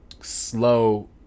slow